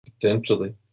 Potentially